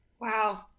wow